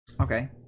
Okay